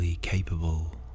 Capable